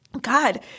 God